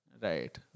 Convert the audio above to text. right